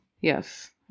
Yes